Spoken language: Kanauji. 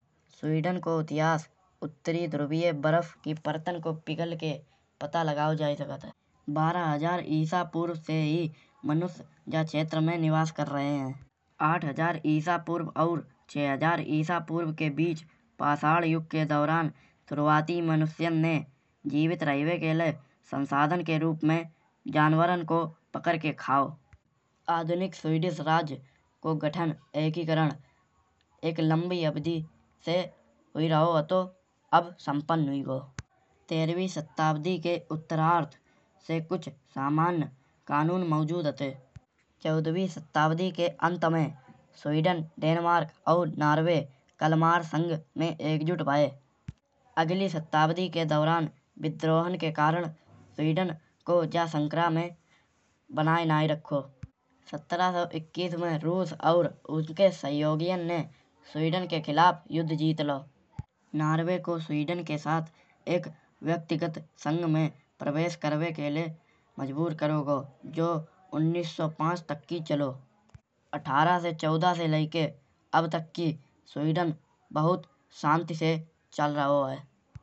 स्वीडन को इतिहास उत्तरी द्रव्य की परतां को पिघल के पता लगाओ जाए सकत है। बारह हजार ईसा पूर्व ते ही ही मनुस्य या क्षेत्र मा निवास कर रहे हैं। आठ हजार ईसा पूर्व और छे हजार ईसा पूर्व के बीच पाषाण युग के दौरान शुरुआती मनुस्यन ने जीवित रहिबे के लाए संसाधन के रूप में जानवरन को पकड़ के खाओ। आधुनिक स्वीडिश राज्य को संगठन एकीकरण रखन लंभी अवधि से हुई रहो हटो। अब समाप्तन हुई गओ। तेहरवी सदी के उत्तरार्ध से कुछ सामान्य कानून मौजूद हते। चौदवी सदी के अंत में स्वीडन डेनमार्क और नार्वे कालमार संघ में एकजुट भये। अगली सदी के दौरान विद्रोह के कारण स्वीडन को जा संकरा में बनाए नाई रखो। सत्रह सौ इक्कीस में रूस और रूस के सहयोगियान ने स्वीडन के खिलाफ युद्ध जीत लाओ। नार्वे को स्वीडन के साथ एक व्यक्तिगत संघ में प्रवेश करिबे के लाए मजबूर करओ गओ जो उन्नीस सौ पांच तक की चलो। अठारह सौ चौदह से लइके अब तक की स्वीडन बहुत शांति से चल रहो है।